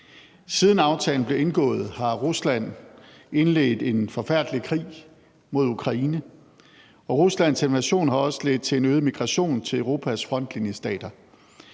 Siden aftalen blev indgået, har Rusland indledt en forfærdelig krig mod Ukraine, og Ruslands invasion har også ledt til en øget migration til Europas frontlinjestater.